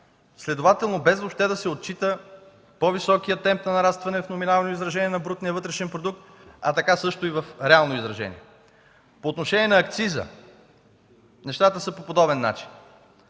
следователно без въобще да се отчита по-високият темп на нарастване в номинално изражение на брутния вътрешен продукт, а така също и в реално изражение. По отношение на акциза нещата са по подобен начин.